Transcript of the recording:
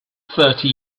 thirty